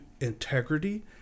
integrity